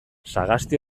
sagasti